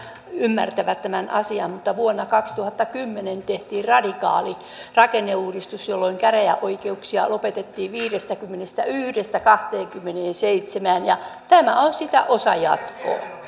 ymmärtävät tämän asian mutta vuonna kaksituhattakymmenen tehtiin radikaali rakenneuudistus jolloin käräjäoikeuksia lopetettiin viidestäkymmenestäyhdestä kahteenkymmeneenseitsemään ja tämä on sitä osajatkoa